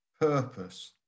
purpose